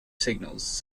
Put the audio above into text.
signals